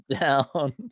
down